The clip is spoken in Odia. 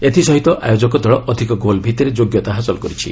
ଏଥିସହିତ ଆୟୋଜକ ଦଳ ଅଧିକ ଗୋଲ୍ ଭିତ୍ତିରେ ଯୋଗ୍ୟତା ହାସଲ କରିଛି